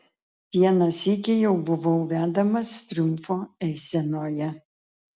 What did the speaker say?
vieną sykį jau buvau vedamas triumfo eisenoje